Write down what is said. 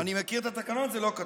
אני מכיר את התקנון, זה לא כתוב.